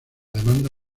demanda